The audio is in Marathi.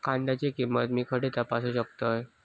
कांद्याची किंमत मी खडे तपासू शकतय?